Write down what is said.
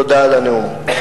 תודה על הנאום.